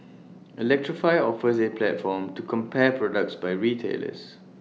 electrify offers A platform to compare products by retailers